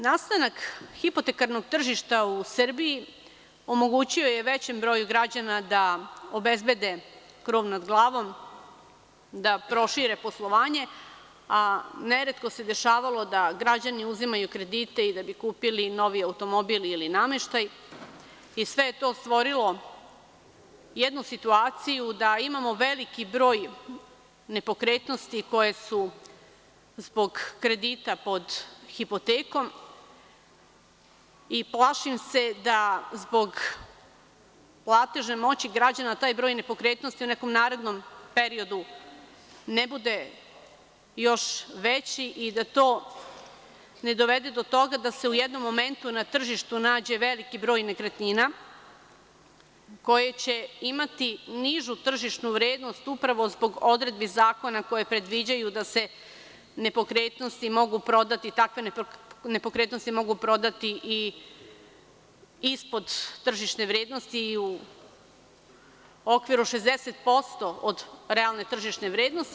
Nastanak hipotekarnog tržišta u Srbiji omogućio je većem broju građana da obezbede krov nad glavom, da prošire poslovanje, a ne retko se dešavalo da građani uzimaju kredite i da bi kupili novi automobil ili nameštaj i sve je to stvorilo jednu situaciju da imamo veliki broj nepokretnosti koje su zbog kredita pod hipotekom i plašim se da zbog platežne moći građana taj broj nepokretnosti u nekom narednom periodu ne bude još veći i da to ne dovede do toga da se u jednom momentu na tržištu nađe veliki broj nekretnina koje će imati nižu tržišnu vrednost upravo zbog odredbi zakona koje predviđaju da se takve nepokretnosti mogu prodati i ispod tržišne vrednosti, u okviru 60% od realne tržišne vrednosti.